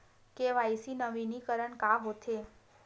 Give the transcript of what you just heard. KYC नवीनीकरण का होथे?